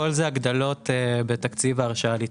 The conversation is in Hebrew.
הכול אלה הגדלות בתקציב ההרשאה להתחייב.